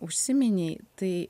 užsiminei tai